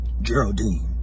Geraldine